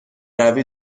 روی